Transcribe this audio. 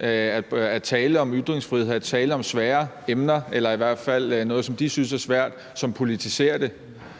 at tale om ytringsfrihed, at tale om svære emner eller i hvert fald noget, som de synes er svært, som politiserer det.